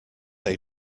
they